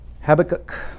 Habakkuk